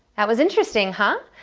that was interesting, huh?